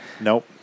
nope